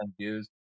views